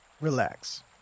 Relax